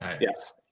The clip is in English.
Yes